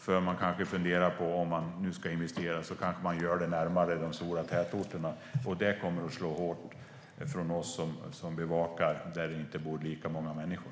När man funderar över att investera kanske man gör det närmare de stora tätorterna. Det kommer att slå hårt på oss som bevakar de platser där det inte bor lika många människor.